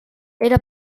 era